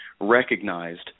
Recognized